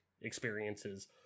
experiences